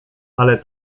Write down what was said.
ale